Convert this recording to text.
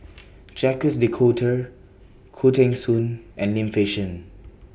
Jacques De Coutre Khoo Teng Soon and Lim Fei Shen